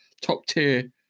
top-tier